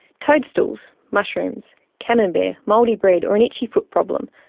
toadstools, mushrooms, camembert, mouldy bread, or an itchy foot problem,